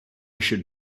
should